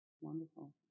Wonderful